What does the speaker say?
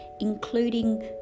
including